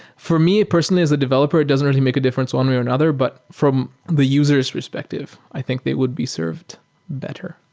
for me personally as a developer, it doesn't really make a difference one way or another, but from the user s perspective, i think they would be served better.